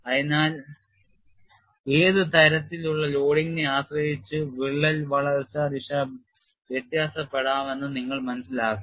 അതിനാൽ ഏത് തരത്തിലുള്ള ലോഡിംഗിനെ ആശ്രയിച്ച് വിള്ളൽ വളർച്ചാ ദിശ വ്യത്യാസപ്പെടാം എന്ന് നിങ്ങൾ മനസ്സിലാക്കണം